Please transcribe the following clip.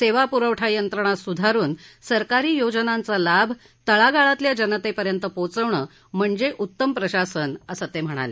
सेवा पुरवठा यंत्रणा सुधारुन सरकारी योजनांचा लाभ तळागाळातल्या जनतेपर्यंत पोहोचवणं म्हणजे उत्तम प्रशासन असं ते म्हणाले